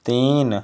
तीन